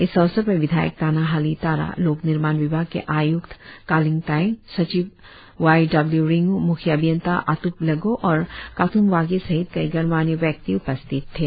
इस अवसर पर विधायक ताना हाली तारा लोक निर्माण विभाग के आय्क्त कालिंग तायेंग़ सचिव वाई डब्लू रिंगू म्ख्य अभियंता अत्प लेगो और कात्म वाघे सहित कई गणमान्य व्यक्ति उपस्थित थे